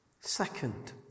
Second